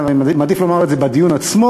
אבל אני מעדיף לומר את זה בדיון עצמו.